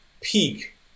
peak